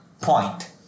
point